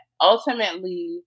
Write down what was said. ultimately